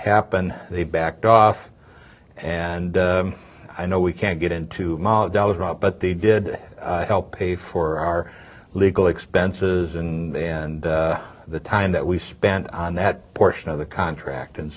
happen they backed off and i know we can't get into but they did help pay for our legal expenses and the time that we spent on that portion of the contract and